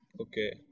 okay